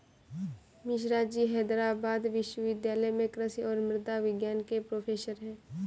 मिश्राजी हैदराबाद विश्वविद्यालय में कृषि और मृदा विज्ञान के प्रोफेसर हैं